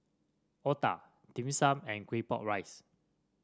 otah Dim Sum and Claypot Rice